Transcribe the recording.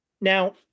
now